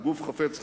לגוף חפץ חיים,